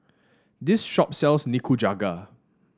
this shop sells Nikujaga